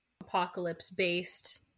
apocalypse-based